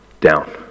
down